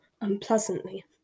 unpleasantly